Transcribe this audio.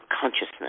consciousness